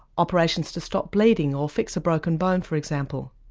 operations to stop bleeding, or fix a broken bone for example.